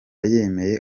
yemeye